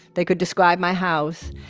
they could describe my house.